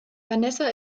vanessa